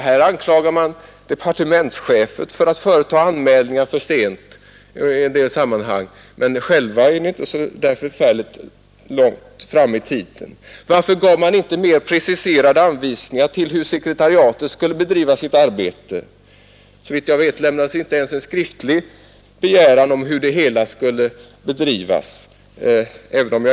Här anklagar man departementschefen för att företa anmälningar för sent i en del sammanhang, men själva är ni inte så förfärligt långt framme i tiden. Varför gav man inte mer preciserade anvisningar om hur sekretariatet skulle bedriva sitt arbete? Såvitt jag vet lämnades inte ens en skriftlig begäran om hur arbetet skulle bedrivas.